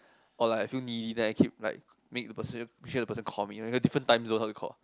or like I feel needy then I keep like make the person sure the person call me different time zone also call